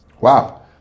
Wow